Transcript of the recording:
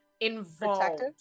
involved